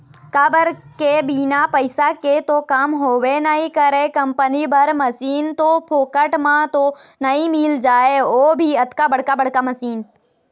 काबर के बिना पइसा के तो काम होबे नइ करय कंपनी बर मसीन तो फोकट म तो नइ मिल जाय ओ भी अतका बड़का बड़का मशीन